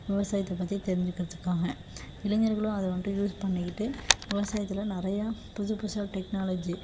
விவசாயத்தை பற்றி தெரிஞ்சிக்கறத்துக்காக இளைஞர்களும் அதை வந்துட்டு யூஸ் பண்ணிக்கிட்டு விவசாயத்தில் நிறையா புதுசு புதுசாக டெக்னாாலஜி